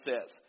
says